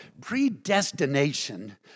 predestination